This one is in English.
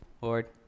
Lord